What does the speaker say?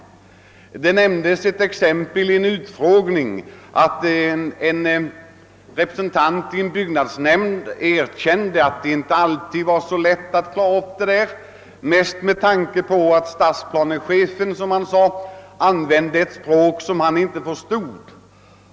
Bland annat nämndes ett fall där en representant i en byggnadsnämnd erkände att han hade svårt att klara ut begreppen därför att stadsplanechefen använde ett språk som han inte förstod.